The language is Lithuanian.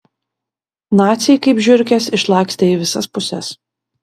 naciai kaip žiurkės išlakstė į visas puses